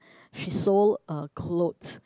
she sold uh clothes